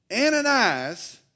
Ananias